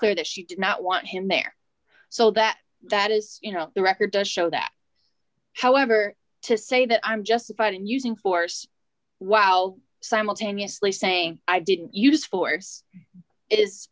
clear that she did not want him there so that that is you know the record does show that however to say that i'm justified in using force wow simultaneously saying i didn't use force is